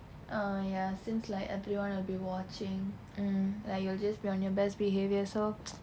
ah ya since like everyone will be watching like you will just be on your best behavior so